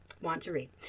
want-to-read